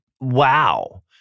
wow